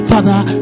Father